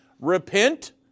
Repent